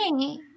Hey